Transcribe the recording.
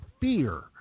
fear